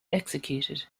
executed